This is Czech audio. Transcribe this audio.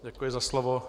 Děkuji za slovo.